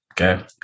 okay